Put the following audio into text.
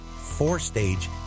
four-stage